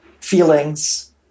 feelings